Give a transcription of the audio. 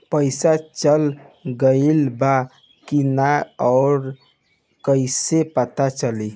पइसा चल गेलऽ बा कि न और कइसे पता चलि?